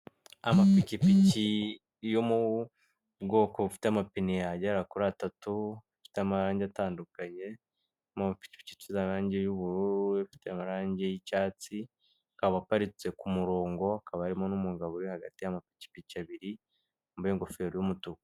Amapikipiki yo mu bwoko bufite amapine ya ahagera kuri atatu afite amarangi atandukanye mu afite amarangi y'ubururu ifite amarangi y'icyatsi akaba aparitse ku murongo akabamo n'umugabo uri hagati y'amapikipiki abiri wambaye ingofero' y'umutuku.